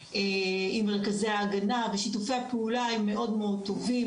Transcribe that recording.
מרכזי ההגנה ושיתופי הפעולה הם מאוד-מאוד טובים.